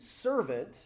servant